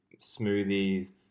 smoothies